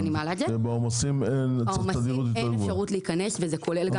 בעומסים אין אפשרות להיכנס לאוטובוס.